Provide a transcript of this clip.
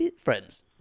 Friends